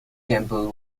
temple